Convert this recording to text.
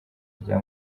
rya